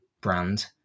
brand